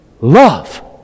love